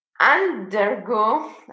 undergo